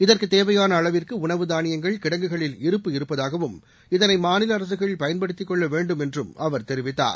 இதற்கு தேவையான அளவிற்கு உணவு தானியங்கள் கிடங்குகளில் இருப்பு இருப்பதாகவும் இதனை மாநில அரசுகள் பயன்படுத்திக் கொள்ள வேண்டும் என்றும் அவர் தெரிவித்தார்